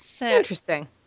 Interesting